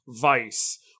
Vice